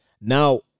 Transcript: Now